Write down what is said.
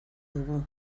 dugu